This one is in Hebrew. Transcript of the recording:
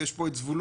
יש פה את זבולון,